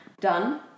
done